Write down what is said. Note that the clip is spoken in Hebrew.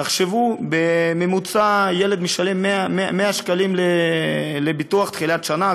תחשבו שילד משלם בממוצע 100 שקלים לביטוח בתחילת השנה,